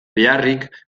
beharrik